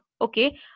okay